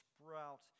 sprout